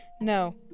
No